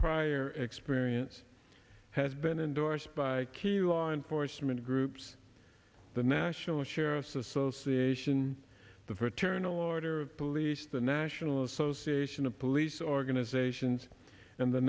prior experience has been endorsed by key law enforcement groups the national sheriffs association the for turn a lord or police the national association of police organizations and the